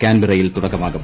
കാൻബറയിൽ തുടക്കമാകും